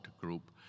Group